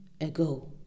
ago